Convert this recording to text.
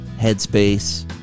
Headspace